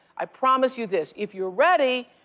i promise you this, if you're ready,